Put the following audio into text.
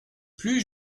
plus